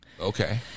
Okay